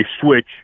switch